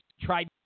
tried